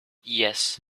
yes